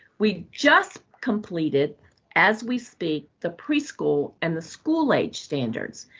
we just completed as we speak the preschool and the school-age standards.